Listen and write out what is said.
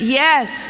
yes